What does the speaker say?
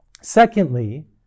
Secondly